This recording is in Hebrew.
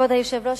כבוד היושב-ראש,